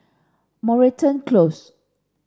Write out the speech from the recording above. Moreton Close